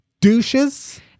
douches